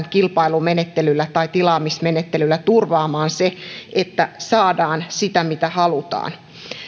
kilpailumenettelyllä tai tilaamismenettelyllä ylipäätään pystytään turvaamaan se että saadaan sitä mitä halutaan